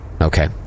okay